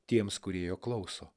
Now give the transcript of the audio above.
tiems kurie jo klauso